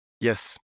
Yes